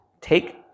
take